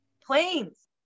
Planes